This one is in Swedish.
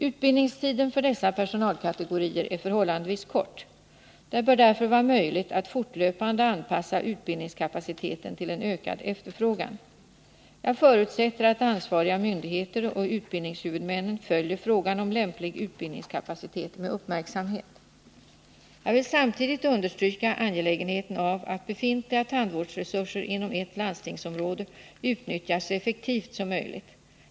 Utbildningstiden för dessa personalkategorier är förhållandevis kort. Det bör därför vara möjligt att fortlöpande anpassa utbildningskapaciteten till en ökad efterfrågan. Jag förutsätter att ansvariga myndigheter och utbildningshuvudmännen följer frågan om lämplig utbildningskapacitet med uppmärksamhet. Jag vill samtidigt understryka angelägenheten av att befintliga tandvårdsresurser inom ett landstingsområde utnyttjas så effektivt som möjligt.